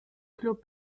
club